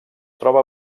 troba